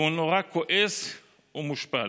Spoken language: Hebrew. והוא נורא כועס ומושפל,